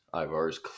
Ivar's